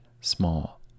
small